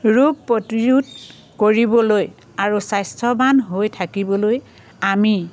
ৰোগ প্ৰতিৰোধ কৰিবলৈ আৰু স্বাস্থ্যৱান হৈ থাকিবলৈ আমি